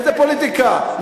איזו פוליטיקה?